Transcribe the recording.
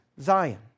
Zion